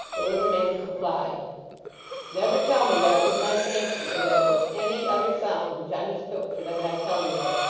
the little man complied never tell me that it was my fancy, or that it was any other sound which i mistook for that i tell you of.